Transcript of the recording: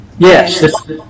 yes